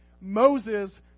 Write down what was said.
Moses